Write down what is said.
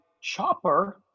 chopper